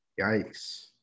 Yikes